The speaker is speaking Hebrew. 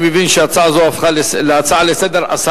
אני מבין שהצעה זו הפכה להצעה לסדר-היום.